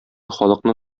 халыкны